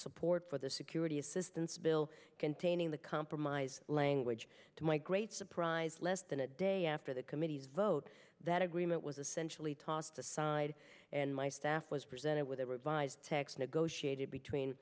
support for the security assistance bill containing the compromise language to my great surprise less than a day after the committee's vote that agreement essentially tossed aside and my staff was presented with a revised text negotiated between